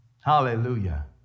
Hallelujah